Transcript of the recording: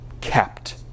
kept